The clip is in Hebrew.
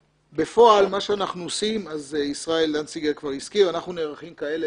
בפועל מה שאנחנו עושים ישראל דנציגר כבר הזכיר אנחנו נערכים כרגע.